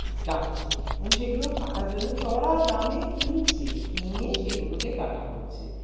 কাটছে এবং সেগুলোও কাটার জন্য চড়া দামে কিনছে কিনে সেগুলোকে কাটা হচ্ছে